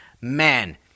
man